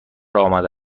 آماده